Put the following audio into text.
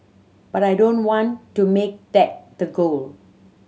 but I don't want to make that the goal